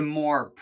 more